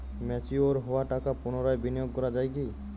Mature হওয়া টাকা পুনরায় বিনিয়োগ করা য়ায় কি?